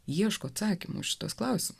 ieško atsakymų šituos klausimus